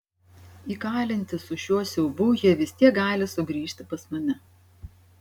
įkalinti su šiuo siaubu jie vis tiek gali sugrįžti pas mane